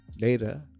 later